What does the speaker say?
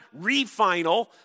refinal